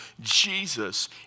Jesus